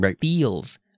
feels